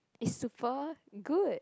it's super good